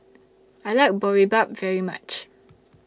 I like Boribap very much